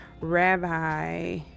rabbi